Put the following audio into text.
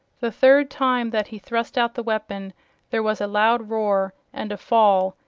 the third time that he thrust out the weapon there was a loud roar and a fall,